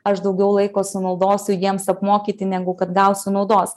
aš daugiau laiko sunaudosiu jiems apmokyti negu kad gausiu naudos